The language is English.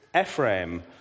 Ephraim